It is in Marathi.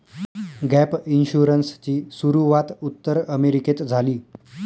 गॅप इन्शुरन्सची सुरूवात उत्तर अमेरिकेत झाली